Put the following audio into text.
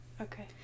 Okay